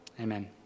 Amen